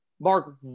Mark